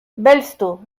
belztu